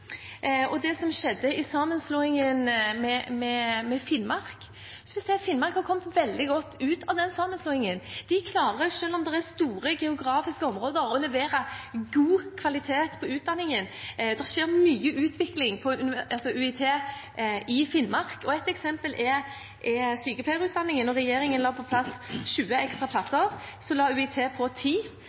og det som skjedde i sammenslåingen med Finnmark, vil jeg si at Finnmark har kommet veldig godt ut der. De klarer, selv om det er store geografiske områder, å levere god kvalitet på utdanningen. Det skjer mye utvikling på UiT i Finnmark, og ett eksempel er sykepleierutdanningen. Da regjeringen la inn 20 ekstra plasser, la UiT på